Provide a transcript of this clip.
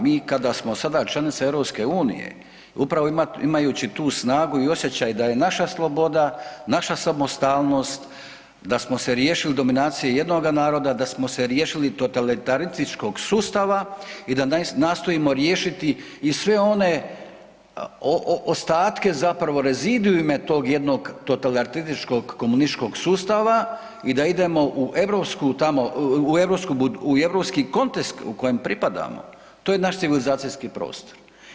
Mi sada kada smo članica EU upravo imajući tu snagu i osjećaj da je naša sloboda, naša samostalnost da smo se riješili dominacije jednoga naroda, da smo se riješili totalitarističkog sustava i da nastojimo riješiti i sve one ostatke zapravo reziduama tog jednog totalitarističkog-komunističkog sustava i da idemo u europski kontekst kojem pripadamo, to je naš civilizacijski prostor.